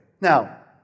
Now